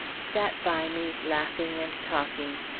sat by me, laughing and talking,